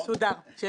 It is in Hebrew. אתי בנדלר,